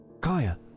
Kaya